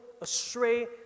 astray